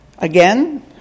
Again